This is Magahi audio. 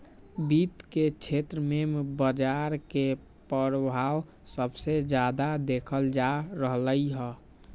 वित्त के क्षेत्र में बजार के परभाव सबसे जादा देखल जा रहलई ह